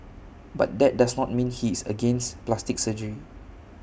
but that does not mean he is against plastic surgery